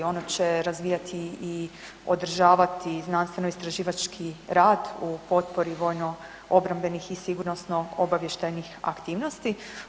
Ono će razvijati i održavati znanstveno istraživački rad u potpori vojno obrambenih i sigurnosno obavještajnih aktivnosti.